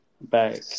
back